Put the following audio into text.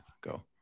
go